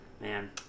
Man